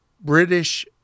British